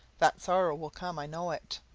that sorrow will come i know it.